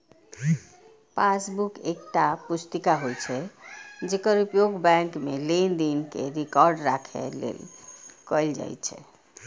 passbook एकटा पुस्तिका होइ छै, जेकर उपयोग बैंक मे लेनदेन के रिकॉर्ड राखै लेल कैल जाइ छै